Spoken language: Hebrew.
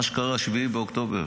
מה שקרה ב-7 באוקטובר.